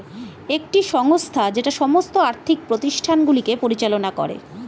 একটি সংস্থা যেটা সমস্ত আর্থিক প্রতিষ্ঠানগুলিকে পরিচালনা করে